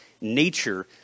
nature